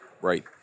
right